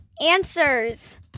Answers